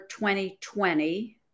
2020